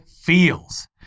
Feels